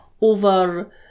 over